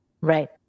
Right